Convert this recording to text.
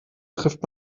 trifft